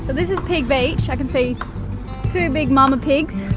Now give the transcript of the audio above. this is pig beach. i can see two big mama pigs,